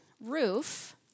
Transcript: roof